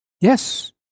Yes